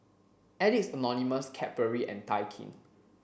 Addicts Anonymous Cadbury and Daikin